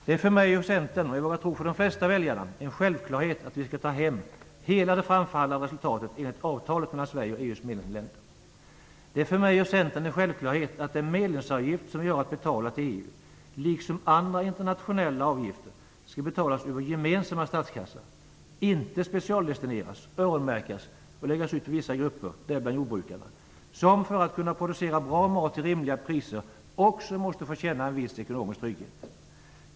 Det är för mig och Centern, och jag tror för de flesta väljare, en självklarhet att vi skall ta hem hela det framförhandlade resultatet - hela avtalet - mellan Sverige och EU:s medlemsländer. Det är för mig och Centern en självklarhet att den medlemsavgift vi har att betala till EU liksom andra internationella avgifter skall betalas över den gemensamma statskassan och inte specialdestineras, öronmärkas och läggas ut på vissa grupper - däribland jorbrukarna, som för att kunna producera bra mat till rimliga priser också måste få känna en viss ekonomisk trygghet.